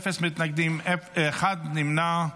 אפס מתנגדים, אחד נמנע,